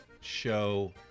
show